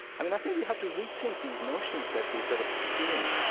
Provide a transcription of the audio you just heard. i mean, i think we have to rethink these notions that we've sort of assumed